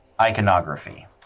iconography